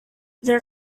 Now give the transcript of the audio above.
their